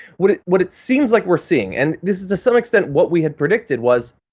what it what it seems like we're seeing and this is to some extent what we had predicted was,